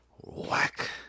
Whack